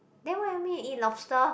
then what you me eat lobster